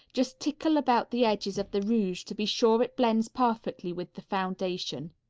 just tickle about the edges of the rouge to be sure it blends perfectly with the foundation.